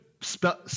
spell